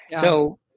So-